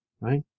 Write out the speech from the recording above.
Right